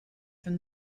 from